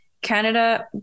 Canada